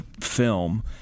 film